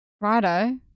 Righto